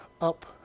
up